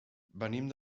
venim